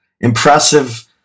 Impressive